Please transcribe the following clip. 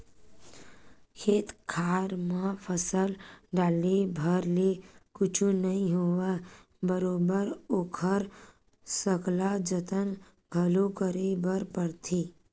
खेत खार म फसल डाले भर ले कुछु नइ होवय बरोबर ओखर सकला जतन घलो करे बर परथे